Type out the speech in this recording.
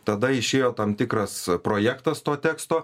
tada išėjo tam tikras projektas to teksto